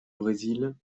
brésil